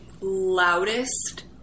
loudest